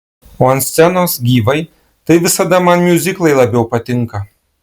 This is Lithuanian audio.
o ant scenos gyvai tai visada man miuziklai labiau patinka